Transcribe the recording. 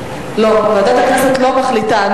לא, ועדת הכנסת לא מחליטה.